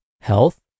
health